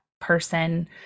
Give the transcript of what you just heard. person